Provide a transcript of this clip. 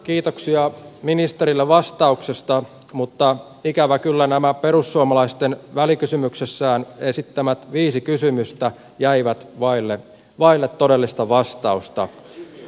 kiitoksia ministerille vastauksesta mutta ikävä kyllä nämä perussuomalaisten välikysymyksessään esittämät viisi kysymystä jäivät vaille todellista vastausta